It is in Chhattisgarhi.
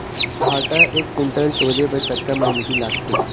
भांटा एक कुन्टल टोरे बर कतका मेहनती लागथे?